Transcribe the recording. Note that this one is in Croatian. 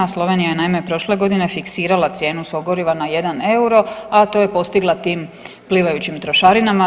Slovenija je naime prošle godine fiksirala cijenu svog goriva na 1 euro, a to je postigla tim plivajućim trošarinama.